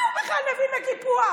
מה הוא בכלל מבין בקיפוח?